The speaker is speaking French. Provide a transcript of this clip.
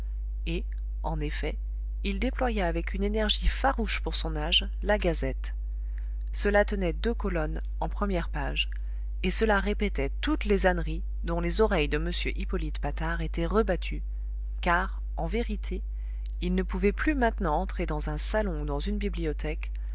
et en effet il déploya avec une énergie farouche pour son âge la gazette cela tenait deux colonnes en première page et cela répétait toutes les âneries dont les oreilles de m hippolyte patard étaient rebattues car en vérité il ne pouvait plus maintenant entrer dans un salon ou dans une bibliothèque